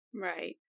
right